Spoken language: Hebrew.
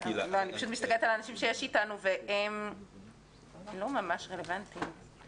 אני מסתכלת על מי שנמצא אתנו מהמשרד והם לא ממש רלוונטיים לזה.